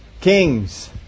Kings